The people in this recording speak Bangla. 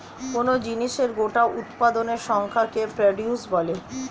কোন জিনিসের গোটা উৎপাদনের সংখ্যাকে প্রডিউস বলে